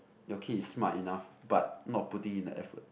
your kid is smart enough but not putting in the effort